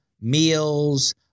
meals